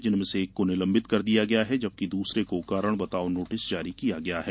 जिनमें एक को निलंबित कर दिया गया है जबकि दूसरे को कारण बताओं नोटिस जारी किया गया है